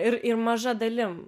ir ir maža dalim